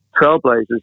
trailblazers